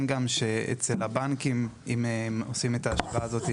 אם עושים את ההשוואה הזאת,